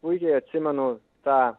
puikiai atsimenu tą